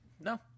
No